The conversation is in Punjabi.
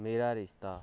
ਮੇਰਾ ਰਿਸ਼ਤਾ